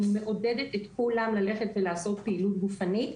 אני מעודדת את כולם ללכת ולעשות פעילות גופנית,